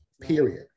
period